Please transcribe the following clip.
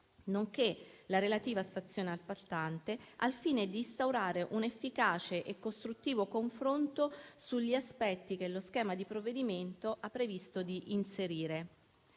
nonché la relativa stazione appaltante, al fine di instaurare un efficace e costruttivo confronto sugli aspetti che lo schema di provvedimento ha previsto di inserire.